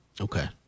Okay